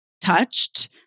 touched